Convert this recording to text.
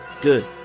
Good